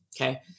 okay